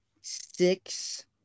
six